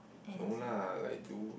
no lah like do